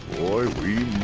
boy, we